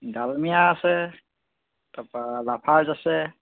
ডালমিয়া আছে তাপা লাফাৰ্জ আছে